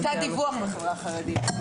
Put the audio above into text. יש תת דיווח בחברה החרדית.